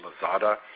Lazada